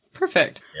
Perfect